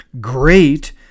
great